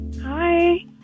Hi